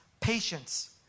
patience